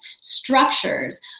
structures